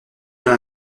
dans